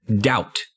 doubt